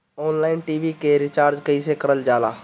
Online TV के recharge कईसे करल जाला?